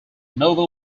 novel